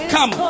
Come